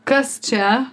kas čia